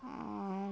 আর